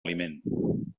aliment